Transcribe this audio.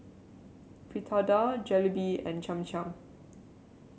Fritada Jalebi and Cham Cham